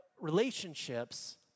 relationships